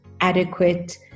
adequate